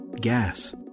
gas